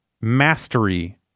mastery